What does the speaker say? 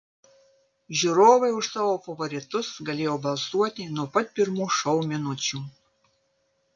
žiūrovai už savo favoritus galėjo balsuoti nuo pat pirmų šou minučių